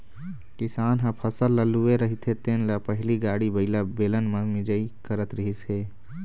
किसान ह फसल ल लूए रहिथे तेन ल पहिली गाड़ी बइला, बेलन म मिंजई करत रिहिस हे